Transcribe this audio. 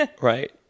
right